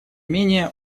менее